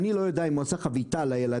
אני לא יודע אם הוא עשה חביתה לילדים,